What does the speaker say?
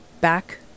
Back